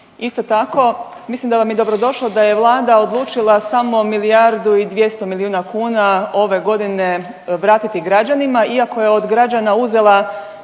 Isto tako mislim da vam je dobrodošlo da je vlada odlučila samo milijardu i 200 milijuna kuna ove godine vratiti građanima iako je od građana uzela